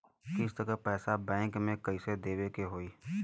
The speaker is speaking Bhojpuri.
किस्त क पैसा बैंक के कइसे देवे के होई?